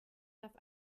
darf